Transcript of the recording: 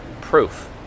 proof